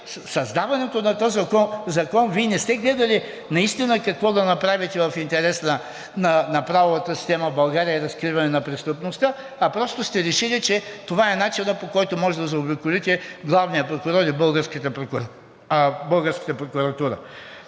създаването на този закон Вие не сте гледали наистина какво да направите в интерес на правовата система в България и разкриване на престъпността, а просто сте решили, че това е начинът, по който може да заобиколите главния прокурор и българската прокуратура.